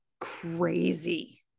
crazy